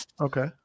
Okay